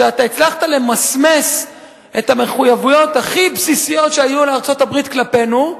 שאתה הצלחת למסמס את המחויבויות הכי בסיסיות שהיו לארצות-הברית כלפינו,